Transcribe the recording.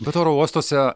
bet oro uostuose